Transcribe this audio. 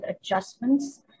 adjustments